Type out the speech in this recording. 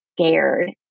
scared